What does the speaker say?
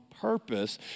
purpose